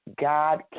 God